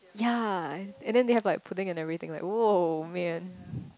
ya and then they have like pudding and everything like !woah! man